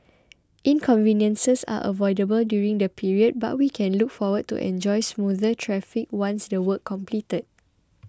inconveniences are unavoidable during the period but we can look forward to enjoy smoother traffic once the work completed